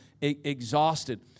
exhausted